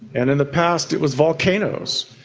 and in the past it was volcanoes,